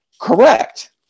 correct